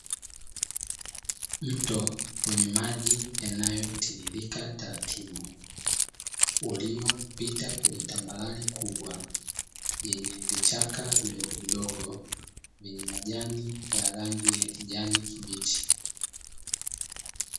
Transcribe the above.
Mto wenye maji yanayotiririka taratibu, uliopita kwenye tambarare kubwa yenye vichaka vidogovidogo, vyenye majani ya rangi ya kijani kibichi.